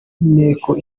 nteko